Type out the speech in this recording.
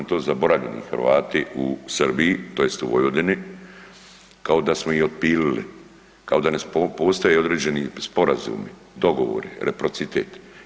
To su zaboravljeni Hrvati u Srbiji, tj. u Vojvodini, kao da smo ih otpilili, kao da ne postoje određeni sporazumi, dogovori, reciprocitet.